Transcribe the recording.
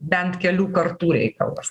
bent kelių kartų reikalas